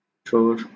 true